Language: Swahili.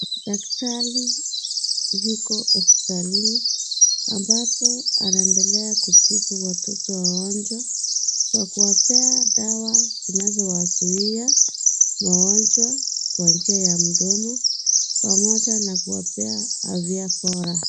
Daktari yuko hospitalini ambapo anaendelea kutibu watoto wagonjwa na kuwapea dawa zinazowazuia magonjwa kwa njia ya mdomo pamoja na kuwapea afya bora.